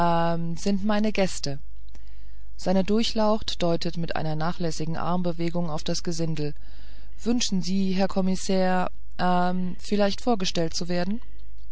sind meine lieben gäste seine durchlaucht deutet mit einer nachlässigen armbewegung auf das gesindel wünschen sie herr kommissär äh vielleicht vorgestellt zu werden